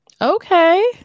Okay